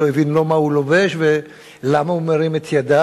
לא הבין לא מה הוא לובש ולמה הוא מרים את ידיו,